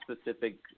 specific